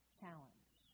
challenge